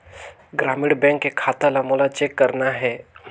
ग्रामीण बैंक के खाता ला मोला चेक करना हे?